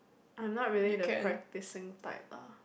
I'm not really the practicing type ah